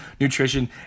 nutrition